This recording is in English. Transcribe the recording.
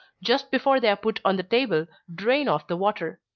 just before they are put on the table, drain off the water.